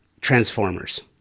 transformers